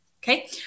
Okay